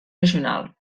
regional